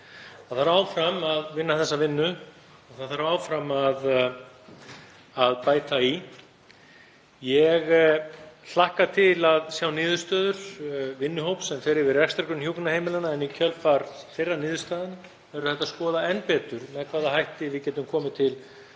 Það þarf áfram að vinna þessa vinnu. Það þarf áfram að bæta í. Ég hlakka til að sjá niðurstöður vinnuhóps sem fer yfir rekstrargrunn hjúkrunarheimilanna. Í kjölfar þeirrar niðurstöðu verður hægt að skoða enn betur með hvaða hætti við getum komið til móts